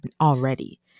already